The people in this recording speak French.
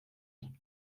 lui